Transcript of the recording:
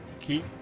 keep